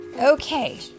Okay